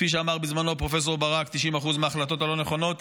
כפי שאמר בזמנו פרופ' ברק: 90% מההחלטות הלא-נכונות,